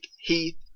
Heath